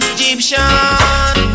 Egyptian